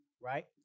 right